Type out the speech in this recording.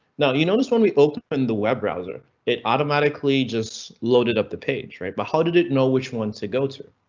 now you notice when we open the web browser, it automatically just loaded up the page, right? but how did it know which one to go too?